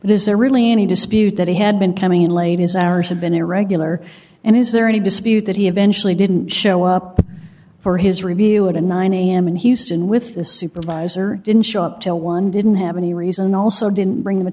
but is there really any dispute that he had been coming in late his hours have been irregular and is there any dispute that he eventually didn't show up for his review of the nine am in houston with the supervisor didn't show up till one didn't have any reason also didn't bring